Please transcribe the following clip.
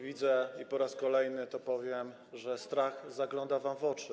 Widzę - po raz kolejny to powiem - że strach zagląda wam w oczy.